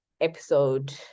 episode